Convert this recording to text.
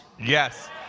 yes